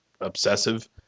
obsessive